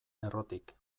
errotik